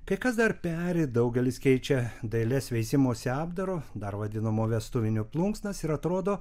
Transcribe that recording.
kai kas dar peri daugelis keičia dailias veisimosi apdaro dar vadinamo vestuviniu plunksnas ir atrodo